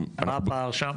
מה הפער שם?